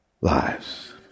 lives